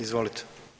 Izvolite.